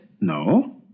No